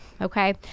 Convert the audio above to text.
okay